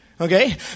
Okay